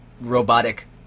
robotic